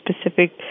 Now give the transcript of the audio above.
specific